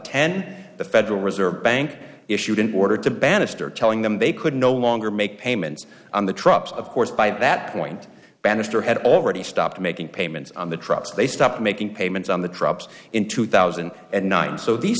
ten the federal reserve bank issued an order to bannister telling them they could no longer make payments on the trucks of course by that point bannister had already stopped making payments on the trucks they stopped making payments on the drops in two thousand and nine so the se